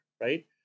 right